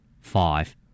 Five